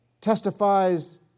testifies